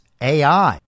AI